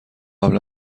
قبلا